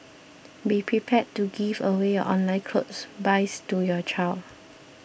be prepared to give away your online clothes buys to your child